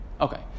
Okay